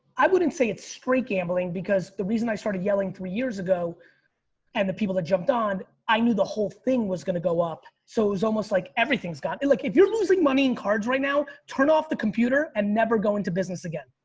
i wouldn't say it's straight gambling because the reason i started yelling three years ago and the people that jumped on i knew the whole thing was gonna go up. so it was almost like everything is gone. look, if you're losing money in cards right now, turn off the computer and never go into business again.